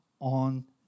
on